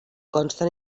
consta